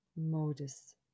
modus